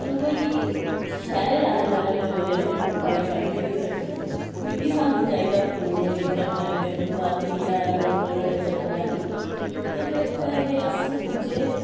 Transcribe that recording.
पर उऐ कि शैहरे दे लोक जेहडे़ ना ओह् प्हाडे़ घट्ट गै रेही सकदे ना क्योंकि स्हानू चाहिदा फोन इंटरनेट दूआ त्रीआ अलड फलड एह् सब चीजां है नी ते फिर होआ के अस उत्थै पुज्जे